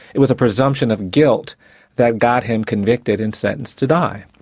it was a presumption of guilt that got him convicted and sentenced to die.